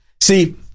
See